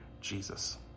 Jesus